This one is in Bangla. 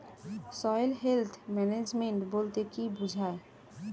সয়েল হেলথ ম্যানেজমেন্ট বলতে কি বুঝায়?